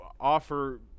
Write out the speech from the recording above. offer